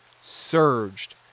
surged